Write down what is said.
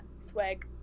swag